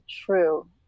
true